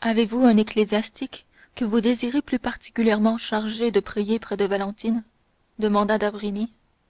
avez-vous un ecclésiastique que vous désirez plus particulièrement charger de prier près de valentine demanda d'avrigny